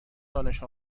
دانش